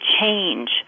change